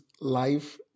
life